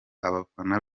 abafana